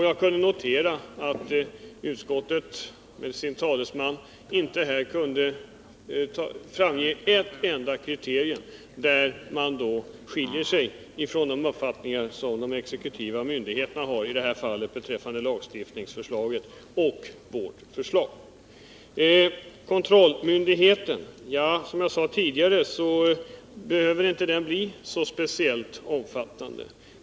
Jag kunde notera att utskottets talesman när det gäller det här lagstiftningsförslaget inte kunde ge exempel på en enda sak där det föreligger en avvikelse mellan de exekutiva myndigheternas uppfattning och vårt förslag. Kontrollmyndigheten behöver, som jag sade tidigare, inte bli så speciellt omfattande.